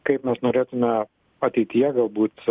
kaip mes norėtume ateityje galbūt